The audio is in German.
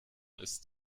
ist